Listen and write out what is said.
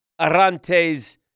Arantes-